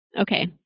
Okay